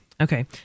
Okay